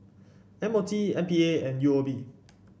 M O T M P A and U O B